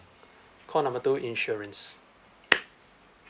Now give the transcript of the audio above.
call number two insurance